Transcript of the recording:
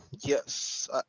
yes